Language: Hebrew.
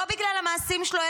לא בגלל המעשים שלו,